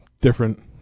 Different